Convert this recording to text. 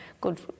good